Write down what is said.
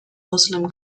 muslim